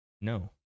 No